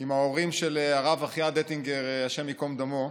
עם ההורים של הרב אחיעד אטינגר, השם ייקום דמו.